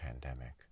pandemic